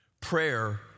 Prayer